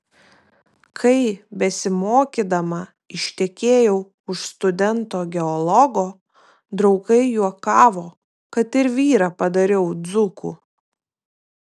kai besimokydama ištekėjau už studento geologo draugai juokavo kad ir vyrą padariau dzūku